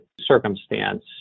circumstance